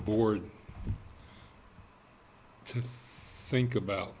board to think about